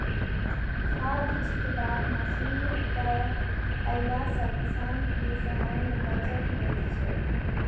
खाद छिटबाक मशीन के अयला सॅ किसान के समय मे बचत होइत छै